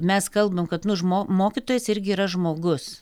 mes kalbam kad nu žmo mokytojas irgi yra žmogus